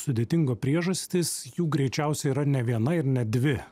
sudėtingo priežastis jų greičiausiai yra ne viena ir ne dvi